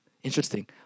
Interesting